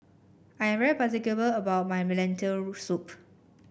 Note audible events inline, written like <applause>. I'm <unintelligible> particular about my Lentil Soup